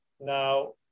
Now